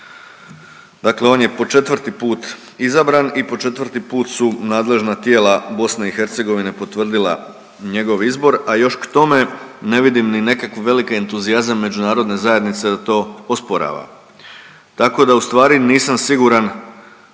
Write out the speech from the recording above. dakle on je po 4 put izabran i po 4 put su nadležna tijela BiH potvrdila njegov izbor, a još k tome ne vidim ni nekakav veliki entuzijazam Međunarodne zajednice da to osporava. Tako da u stvari nisam siguran